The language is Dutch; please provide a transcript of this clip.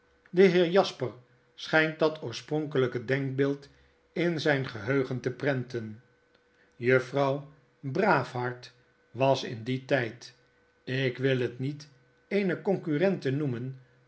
de heer jasper schynt dat oorspronkelijke denkbeeld in zyn geheugen te prenten juffrouw braafhart was in dien tijd ikwil het niet eene concurrente noemen